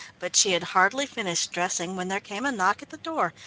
but she had hardly finished dressing when there came a knock at the door,